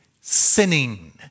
Sinning